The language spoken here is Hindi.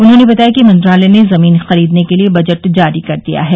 उन्होंने बताया कि मंत्रालय ने जमीन खरीदने के लिये बजट जारी कर दिया है